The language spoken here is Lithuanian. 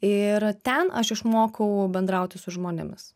ir ten aš išmokau bendrauti su žmonėmis